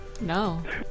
No